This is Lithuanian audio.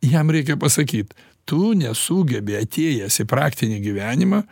jam reikia pasakyt tu nesugebi atėjęs į praktinį gyvenimą